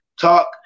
Talk